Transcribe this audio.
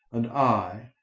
and i,